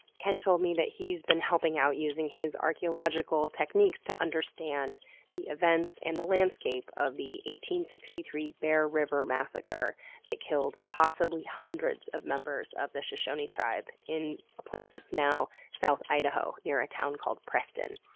ken told me that he's been helping out using his archaeological techniques to understand the events and the landscape of the one sixty three bear river massacre that killed possibly hundreds of members of the shoshone tribe in a place that's now south idaho, near a town called preston.